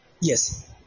yes